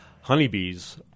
Honeybees